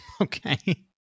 okay